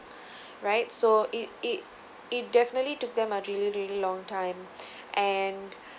right so it it it definitely took them a really really long time and